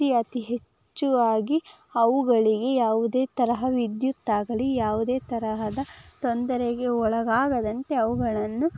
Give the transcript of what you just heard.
ಅತಿ ಹೆಚ್ಚು ಆಗಿ ಅವುಗಳಿಗೆ ಯಾವುದೇ ತರಹ ವಿದ್ಯುತ್ ಆಗಲಿ ಯಾವುದೇ ತರಹದ ತೊಂದರೆಗೆ ಒಳಗಾಗದಂತೆ ಅವುಗಳನ್ನು